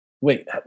wait